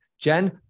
Jen